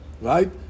right